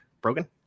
broken